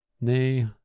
Nay